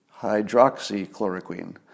Hydroxychloroquine